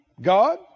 God